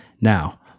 Now